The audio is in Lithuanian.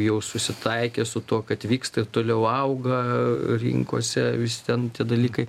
jau susitaikė su tuo kad vyksta toliau auga rinkose visi ten tie dalykai